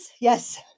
yes